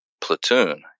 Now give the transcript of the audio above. platoon